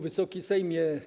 Wysoki Sejmie!